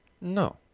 No